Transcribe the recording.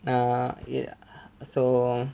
err ya so